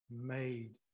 made